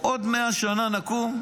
עוד מאה שנה נקום,